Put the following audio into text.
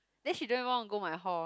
then she don't even want go my hall